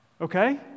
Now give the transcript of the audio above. Okay